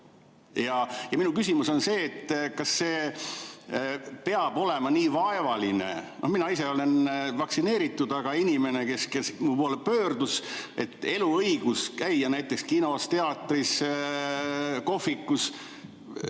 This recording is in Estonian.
Minu küsimus on see, kas see peab olema nii vaevaline. Mina ise olen vaktsineeritud. Aga inimene, kes mu poole pöördus, et [tal oleks] eluõigus käia näiteks kinos, teatris, kohvikus,